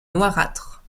noirâtre